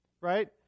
right